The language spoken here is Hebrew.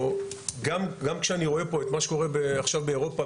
או גם כשאני רואה פה את מה שקורה עכשיו באירופה,